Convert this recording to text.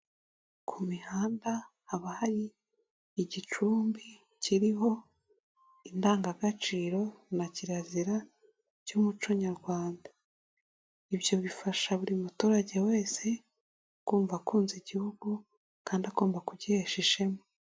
Ku mihanda haba hari igicumbi kiriho indangagaciro na kirazira by'umuco nyarwanda, ibyo bifasha buri muturage wese kumva akunze igihugu kandi agomba kugihesha ishema.